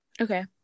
Okay